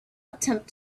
attempt